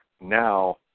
Now